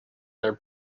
their